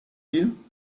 you